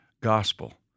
gospel